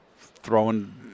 throwing